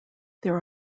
there